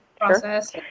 process